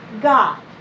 God